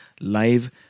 live